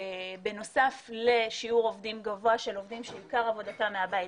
בנוסף לשיעור עובדים גבוה של עובדים שעיקר עבודתם מהבית,